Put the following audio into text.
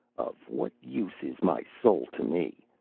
of what use is my soul to me?